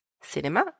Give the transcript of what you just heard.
cinéma